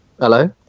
Hello